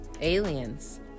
aliens